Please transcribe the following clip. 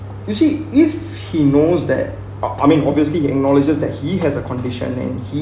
you see if he knows that uh I mean obviously acknowledges that he has a condition and he